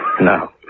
No